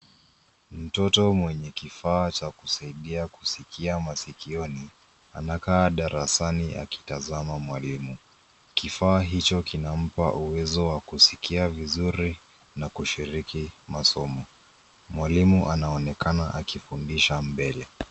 Mtoto mwenye kifaa cha kusaidia kusikia masikioni. Anakaa darasani akitazama mwalimu. Kifaa hicho kinampa uwezo wa kusikia vizuri na kushiriki masomo. Mwalimu anaonekana akifundisha mbele.